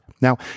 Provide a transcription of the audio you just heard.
Now